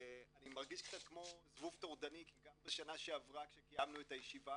אני מרגיש קצת כמו זבוב טורדני כי גם בשנה שעברה כשקיימנו את הישיבה